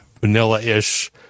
vanilla-ish